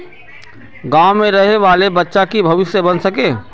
गाँव में रहे वाले बच्चा की भविष्य बन सके?